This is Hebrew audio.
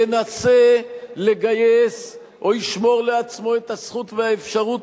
ינסה לגייס או ישמור לעצמו את הזכות והאפשרות